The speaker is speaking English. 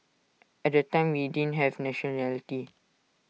at that time we didn't have nationality